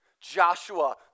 Joshua